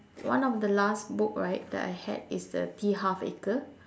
one of the last book right that I had is the T-Harv-Eker